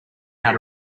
how